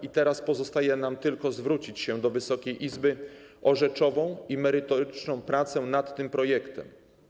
I teraz pozostaje nam tylko zwrócić się do Wysokiej Izby o rzeczową i merytoryczną pracę nad tym projektem.